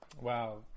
Wow